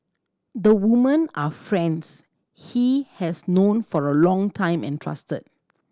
the woman are friends he has known for a long time and trusted